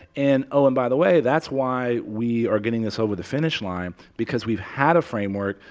and, oh, and by the way, that's why we are getting this over the finish line because we've had a framework.